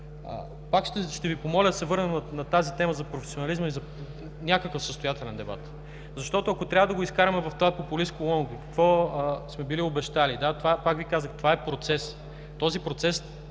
Пак ще Ви помоля да се върнем на тази тема за професионализма и за някакъв състоятелен дебат, защото, ако трябва да го изкараме в това популистко лого какво сме били обещали, пак Ви казвам – това е процес, този процес